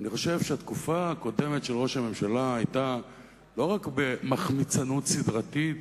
אני חושב שהתקופה הקודמת של ראש הממשלה היתה לא רק מחמיצנות סדרתית,